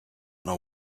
know